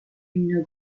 une